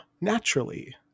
naturally